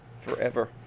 Forever